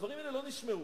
נתניהו,